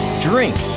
drink